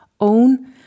own